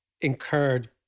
incurred